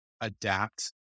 adapt